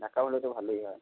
দেখা হলে তো ভালোই হয়